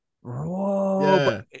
Whoa